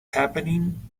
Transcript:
happening